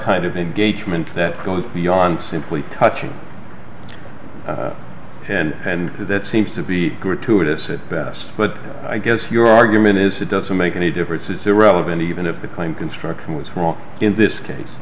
kind of a gateman that going beyond simply touching him and that seems to be gratuitous at best but i guess your argument is it doesn't make any difference if irrelevant even if the claim construction was wrong in this case